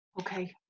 Okay